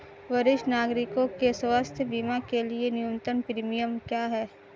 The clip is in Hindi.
वरिष्ठ नागरिकों के स्वास्थ्य बीमा के लिए न्यूनतम प्रीमियम क्या है?